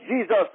jesus